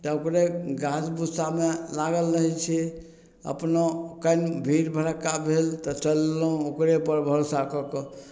तऽ ओकरे घास भूसामे लागल रहय छियै अपनो भीड़ भरक्का भेल तऽ चललहुँ ओकरेपर भरोसा कए कऽ